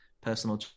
personal